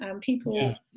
People